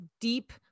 deep